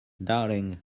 darling